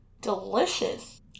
Delicious